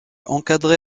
encadré